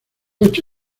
ocho